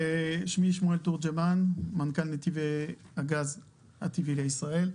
אני מנכ"ל נתיבי הגז הטבעי לישראל.